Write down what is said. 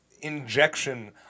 injection